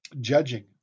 judging